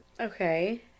Okay